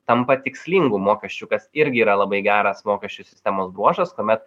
tampa tikslingu mokesčiu kas irgi yra labai geras mokesčių sistemos bruožas kuomet